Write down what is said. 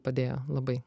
padėjo labai